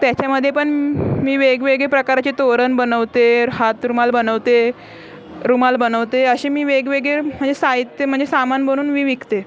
त्याच्यामध्ये पण मी वेगवेगळे प्रकारचे तोरण बनवते हातरुमाल बनवते रुमाल बनवते असे मी वेगवेगळे म्हणजे साहित्य म्हणजे सामान बनवून मी विकते